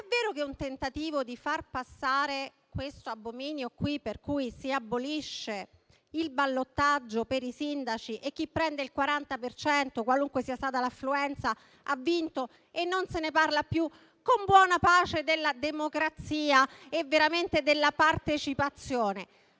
è vero che quello di far passare l'abominio qui per cui si abolisce il ballottaggio per i sindaci e chi prende il 40 per cento, qualunque sia stata l'affluenza, ha vinto e non se ne parla più, con buona pace della democrazia e della partecipazione,